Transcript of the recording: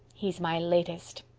he's my latest.